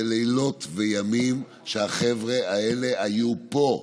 זה לילות וימים שהחבר'ה האלה היו פה,